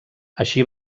així